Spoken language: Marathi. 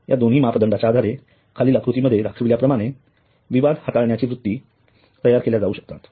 या दोन्ही माप दंडांच्या आधारे खालील आकृतीमध्ये दाखवल्याप्रमाणे विविध विवाद हाताळण्याच्या वृत्ती तयार केल्या जावू शकतात